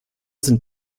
sind